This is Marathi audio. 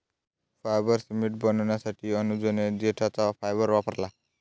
फायबर सिमेंट बनवण्यासाठी अनुजने देठाचा फायबर वापरला